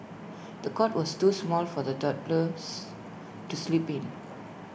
the cot was too small for the toddlers to sleep in